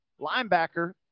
linebacker